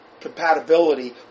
compatibility